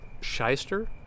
Shyster